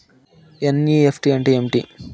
NEFT అంటే ఏమి